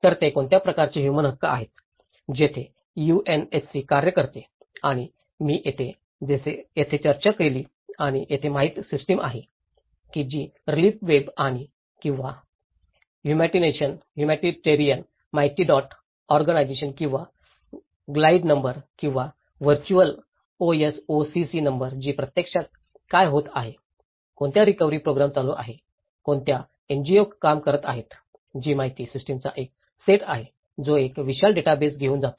तर कोणत्या प्रकारचे ह्यूमन हक्क आहेत येथेच यूएनएचसी कार्य करते आणि मी येथे जसे येथे चर्चा केली आणि येथे माहिती सिस्टिम आहे की ती रिलीफ वेब आहे किंवा ह्युमॅनिटेरिअन माहिती डॉट ऑर्ग किंवा ग्लाइड नंबर किंवा व्हर्च्युअल ओएसओसीसी नंबर जी प्रत्यक्षात काय होत आहे कोणत्या रिकव्हरी प्रोग्रॅम चालू आहेत कोणत्या एनजीओ काम करत आहेत ही माहिती सिस्टिमचा एक सेट आहे जो एक विशाल डेटाबेस घेऊन येतो